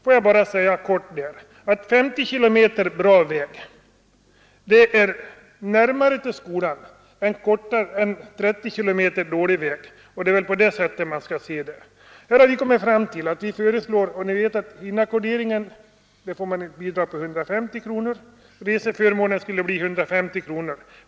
Får jag helt kort säga att 50 kilometer bra väg innebär att det tidsmässigt är närmare till skolan än om det gäller 30 kilometer dålig väg, och det är väl så man skall se saken. Till inackordering utgår ett bidrag på 150 kronor, och reseförmånen skulle utgöra 150 kronor.